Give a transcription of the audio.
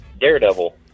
Daredevil